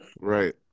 Right